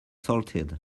salted